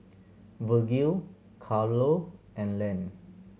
Virgil Carlo and Len